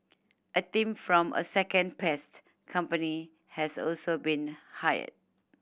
a team from a second pest company has also been hired